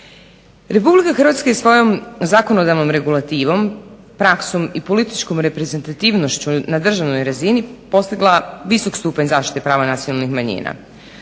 manjina. RH je svojom zakonodavnom regulativom praksom i političkom reprezentativnošću na državnoj razini postigla visok stupanj zaštite prava nacionalnih manjina.